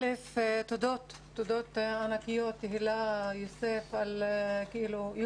קודם כל תודות, תודות ענקיות, תהלה, יוסף,